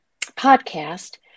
podcast